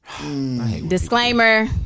Disclaimer